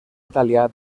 italià